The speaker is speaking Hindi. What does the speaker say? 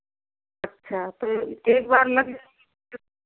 अच्छा तो एक बार लग जाएंगे तो